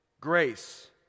grace